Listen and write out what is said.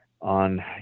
on